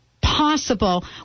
possible